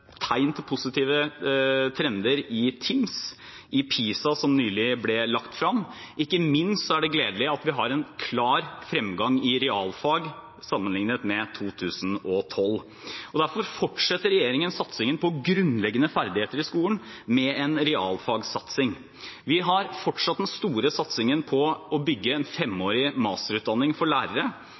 trender i TIMSS og i PISA, som nylig ble lagt frem. Ikke minst er det gledelig at vi har en klar fremgang i realfag sammenliknet med 2012. Derfor fortsetter regjeringen satsingen på grunnleggende ferdigheter i skolen, med en realfagsatsing. Vi har fortsatt den store satsingen på å bygge en femårig masterutdanning for lærere.